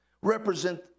represent